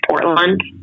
Portland